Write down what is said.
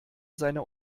seiner